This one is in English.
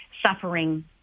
suffering